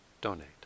donate